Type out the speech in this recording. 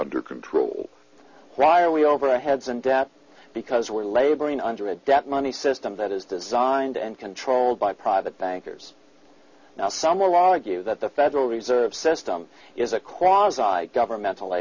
under control ry are we over our heads in debt because we're laboring under a debt money system that is designed and controlled by private bankers now some will argue that the federal reserve system is a cause i governmental